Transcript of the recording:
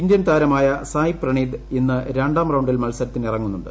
Indian താരമായ സായ് പ്രണീത് ഇന്ന് രണ്ടാം റൌണ്ടിൽ മത്സരത്തിനിറങ്ങുന്നുണ്ട്